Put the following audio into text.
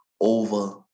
over